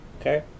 Okay